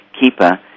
keeper